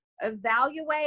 evaluate